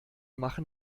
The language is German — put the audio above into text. machen